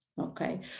Okay